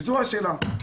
זאת השאלה.